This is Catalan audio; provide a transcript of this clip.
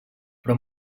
però